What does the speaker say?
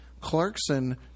Clarkson